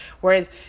whereas